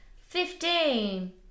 Fifteen